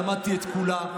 למדתי את כולה,